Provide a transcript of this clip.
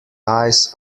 eyes